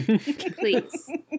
Please